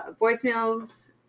voicemails